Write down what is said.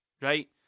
right